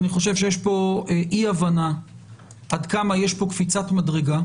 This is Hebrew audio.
אני חושב שיש כאן אי הבנה עד כמה יש כאן קפיצת מדרגה